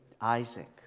Isaac